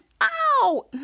Ow